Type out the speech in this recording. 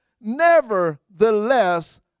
Nevertheless